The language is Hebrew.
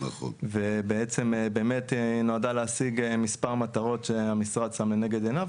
והיא באמת נועדה להשיג מספר מטרות שהמשרד שם לנגד עיניו,